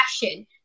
fashion